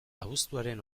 abuztuaren